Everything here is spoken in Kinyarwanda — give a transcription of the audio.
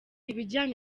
ibijyanye